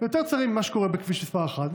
יותר צרים מאשר בכביש מס' 1,